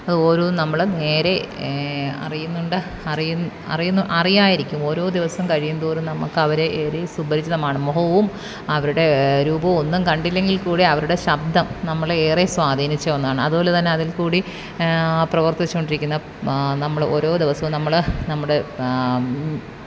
അത് ഓരോന്ന് നമ്മൾ നേരെ അറിയുന്നുണ്ട് അറിയുന്നു അറിയുന്നു അറിയാമായിരിക്കും ഓരോ ദിവസം കഴിയും തോറും നമുക്കവരെ ഏറെ സുപരിചിതമാണ് മുഖവും അവരുടെ രൂപവും ഒന്നും കണ്ടില്ലെങ്കില് കൂടെ അവരുടെ ശബ്ദം നമ്മളെ ഏറെ സ്വാധീനിച്ച ഒന്നാണ് അതുപോലെ തന്നെ അതില്ക്കൂടി പ്രവര്ത്തിച്ചു കൊണ്ടിരിക്കുന്ന നമ്മൾ ഓരോ ദിവസവും നമ്മൾ നമ്മുടെ